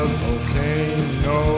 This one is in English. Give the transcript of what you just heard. volcano